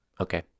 Okay